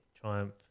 Triumph